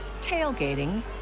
tailgating